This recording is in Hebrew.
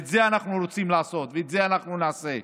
את זה אנחנו רוצים לעשות, ואת זה אנחנו נעשה.